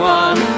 one